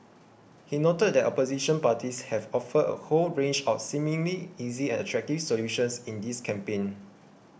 he noted that opposition parties have offered a whole range of seemingly easy and attractive solutions in this campaign